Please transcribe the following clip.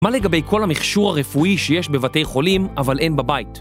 מה לגבי כל המכשור הרפואי שיש בבתי חולים, אבל אין בבית?